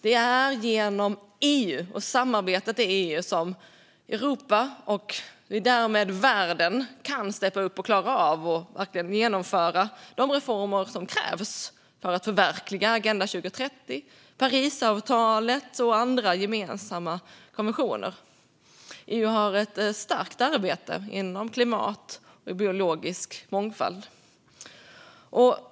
Det är genom EU och samarbetet i EU som Europa och därmed världen kan steppa upp och klara av att genomföra de reformer som krävs för att förverkliga Agenda 2030, Parisavtalet och andra gemensamma konventioner. EU har ett starkt arbete inom klimat och biologisk mångfald.